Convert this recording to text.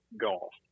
golf